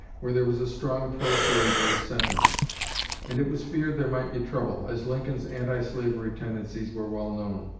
where there was a strong pro-slavery sentiment and it was feared there might be trouble, as lincoln's anti-slavery tendencies were well known.